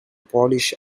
polish